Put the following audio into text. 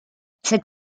cet